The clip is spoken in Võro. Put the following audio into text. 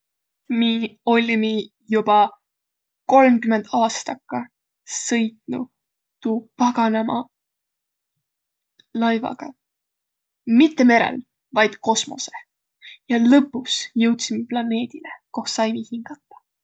Miiq ollimi joba kolmkümmend aastakka sõitnuq tuu paganama laivaga. Mitte merel, vaid kosmossõh, ja lõpus jõudsõmi planeedile, koh saimiq hingädäq.